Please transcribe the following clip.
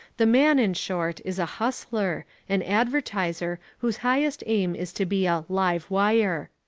the man, in short, is a hustler, an advertiser whose highest aim is to be a live-wire.